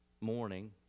morning